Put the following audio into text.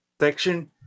section